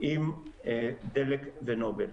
עם דלק ונובל.